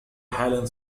حال